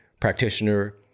practitioner